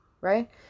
Right